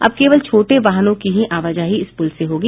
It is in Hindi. अब केवल छोटे वाहनों की ही आवाजाही इस पुल से होगी